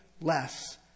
less